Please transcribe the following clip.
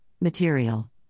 material